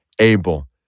able